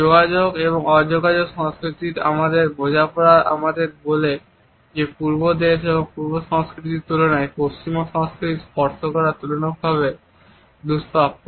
যোগাযোগ এবং অ যোগাযোগ সংস্কৃতির আমাদের বোঝাপড়া আমাদের বলে যে পূর্ব দেশ এবং পূর্ব সংস্কৃতির তুলনায় পশ্চিমা সংস্কৃতিতে স্পর্শ করা তুলনামূলকভাবে দুষ্প্রাপ্য